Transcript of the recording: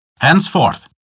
Henceforth